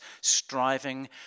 striving